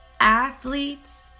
athletes